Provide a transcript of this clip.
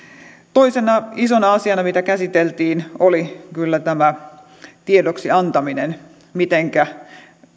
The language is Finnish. toisena isona asiana mitä käsiteltiin oli kyllä tämä tiedoksi antaminen mitenkä